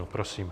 Prosím.